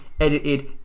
edited